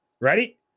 ready